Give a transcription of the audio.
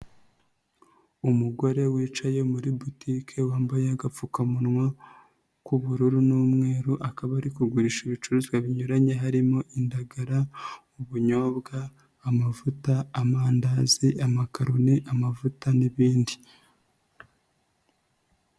Umugore wicaye muri butike wambaye agapfukamunwa k'ubururu n'umweru, akaba ari kugurisha ibicuruzwa binyuranye harimo: indagara, ubunyobwa, amavuta, amandazi, amakaroni, amavuta n'ibindi.